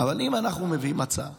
אבל אם אנחנו מביאים הצעה